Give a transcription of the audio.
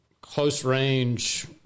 close-range